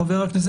חבר הכנסת